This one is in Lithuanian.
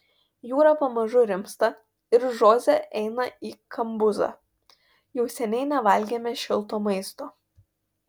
jūra pamažu rimsta ir žoze eina į kambuzą jau seniai nevalgėme šilto maisto